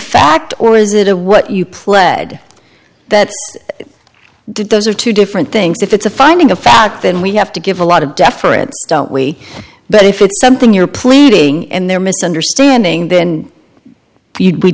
fact or is it what you pled that did those are two different things if it's a finding of fact then we have to give a lot of deference but if it's something you're pleading and they're misunderstanding then